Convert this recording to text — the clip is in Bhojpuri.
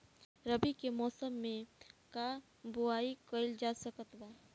रवि के मौसम में का बोआई कईल जा सकत बा?